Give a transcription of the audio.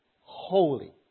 holy